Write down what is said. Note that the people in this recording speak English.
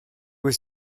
was